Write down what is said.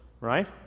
right